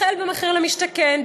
החל במחיר למשתכן,